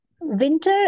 winter